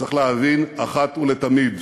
צריך להבין אחת ולתמיד,